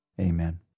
Amen